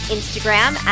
Instagram